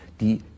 die